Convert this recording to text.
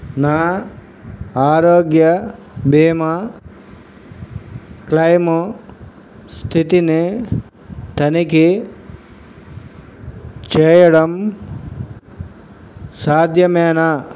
నా ఆరోగ్య బీమా క్లైయిము స్థితిని తనిఖీ చేయడం సాధ్యమేనా